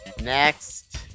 Next